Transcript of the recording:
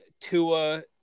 Tua